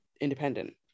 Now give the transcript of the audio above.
Independent